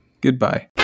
Goodbye